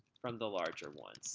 from the larger one. so